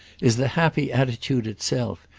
is the happy attitude itself,